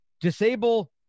disable